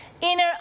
Inner